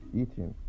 eating